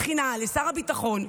בתחינה לשר הביטחון: